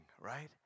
right